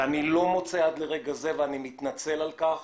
אני מתנצל על כך